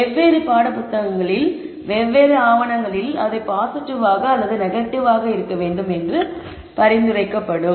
வெவ்வேறு பாடப்புத்தகங்கள் மற்றும் வெவ்வேறு ஆவணங்களில் அவை பாசிட்டிவாக அல்லது நெகட்டிவாக இருக்க வேண்டும் என பரிந்துரைக்கப்படும்